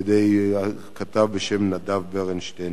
על-ידי כתב בשם נדב ברנשטיין.